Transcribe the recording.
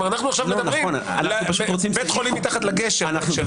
אנחנו עכשיו מדברים, בית חולים מתחת לגשר.